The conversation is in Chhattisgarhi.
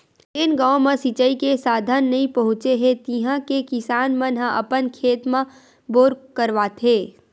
जेन गाँव म सिचई के साधन नइ पहुचे हे तिहा के किसान मन ह अपन खेत म बोर करवाथे